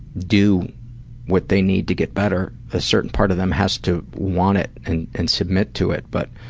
do what they need to get better. a certain part of them has to want it and and submit to it but,